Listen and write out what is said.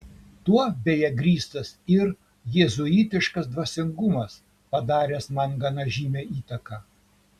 tuo beje grįstas ir jėzuitiškas dvasingumas padaręs man gana žymią įtaką